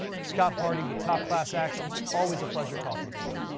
scott hardy with top class actions. always pleasure talking to you.